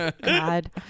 God